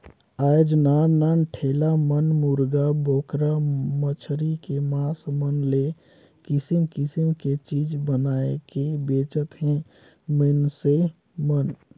आयज नान नान ठेला मन मुरगा, बोकरा, मछरी के मास मन ले किसम किसम के चीज बनायके बेंचत हे मइनसे मन